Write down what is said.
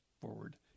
forward